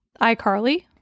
iCarly